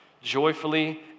Joyfully